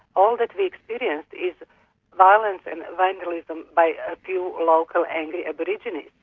all that we experienced is violence and vandalism by a few local angry aborigines.